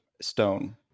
stone